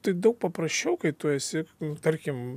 tai daug paprasčiau kai tu esi tarkim